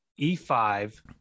E5